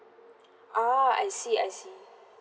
ah I see I see